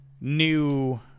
New